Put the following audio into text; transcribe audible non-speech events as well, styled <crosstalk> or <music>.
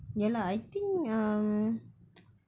ya lah I think um <noise>